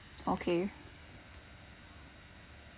okay